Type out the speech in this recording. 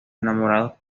enamorados